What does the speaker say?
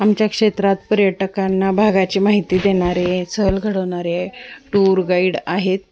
आमच्या क्षेत्रात पर्यटकांना भागाची माहिती देणारे सहल घडवणारे टूर गाईड आहेत